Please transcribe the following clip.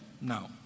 No